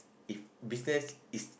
if business is